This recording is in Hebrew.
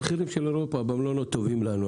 המחירים של אירופה במלונות טובים לנו,